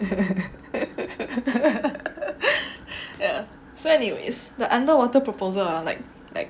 ya so anyways the underwater proposal ah like like